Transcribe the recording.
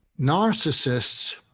narcissists